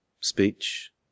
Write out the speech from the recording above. speech